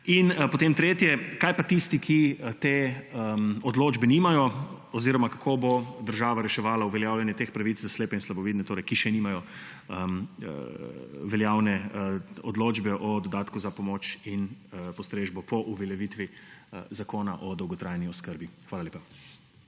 In tretje, kaj pa tisti, ki te odločbe nimajo? Kako bo država reševala uveljavljanje teh pravic za slepe in slabovidne, ki še nimajo veljavne odločbe o dodatku za pomoč in postrežbo, po uveljavitvi zakona o dolgotrajni oskrbi? Hvala lepa.